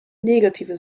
negative